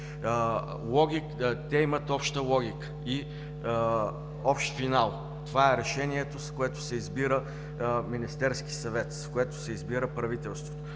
Те имат обща логика и общ финал. Това е решението, с което се избира Министерски съвет, с което се избира правителство.